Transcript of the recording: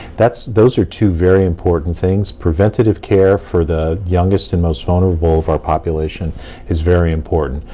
that's, those are two very important things, preventative care for the youngest and most vulnerable of our population is very important.